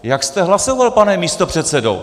Jak jste hlasoval, pane místopředsedo?